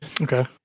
Okay